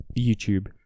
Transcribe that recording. YouTube